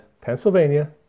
Pennsylvania